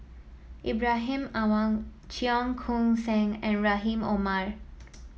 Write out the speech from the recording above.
Ibrahim Awang Cheong Koon Seng and Rahim Omar